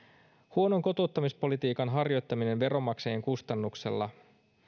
huonon kotouttamispolitiikan harjoittamisen veronmaksajien kustannuksella